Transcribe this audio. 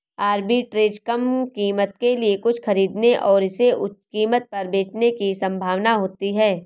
arbitrage कम कीमत के लिए कुछ खरीदने और इसे उच्च कीमत पर बेचने की संभावना होती है